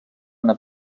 una